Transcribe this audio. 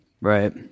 right